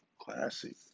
classy